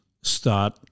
start